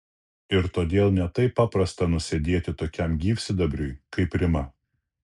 ir todėl ne taip paprasta nusėdėti tokiam gyvsidabriui kaip rima